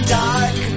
dark